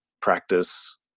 practice